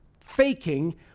faking